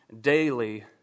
daily